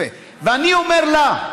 ואני אומר לה: